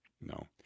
no